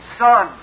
son